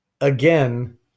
again